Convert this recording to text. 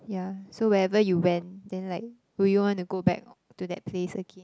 yeah so wherever you went then like would you want to go back or to that place again